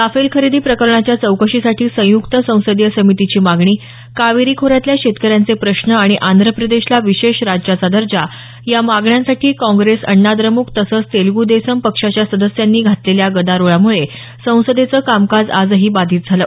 Rafale खरेदी प्रकरणाच्या चौकशीसाठी संयुक्त संसदीय समितीची मागणी कावेरी खोऱ्यातल्या शेतकऱ्यांचे प्रश्न आणि आंध्रप्रदेशला विशेष राज्याचा दर्जा या मागण्यांसाठी काँग्रेस अण्णाद्रम्क तसंच तेलग् देशम पक्षाच्या सदस्यांनी घातलेल्या गदारोळामुळे संसदेचं कामकाज आजही बाधित झालं